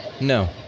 No